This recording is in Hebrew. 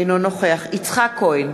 אינו נוכח יצחק כהן,